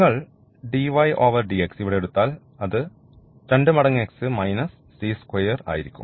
നിങ്ങൾ dydx ഇവിടെ എടുത്താൽ അത് രണ്ട് മടങ്ങ് x മൈനസ് c സ്ക്വയർ ആയിരിക്കും